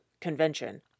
convention